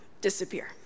disappear